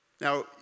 Now